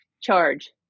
Charge